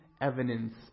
evidence